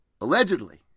allegedly